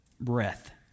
breath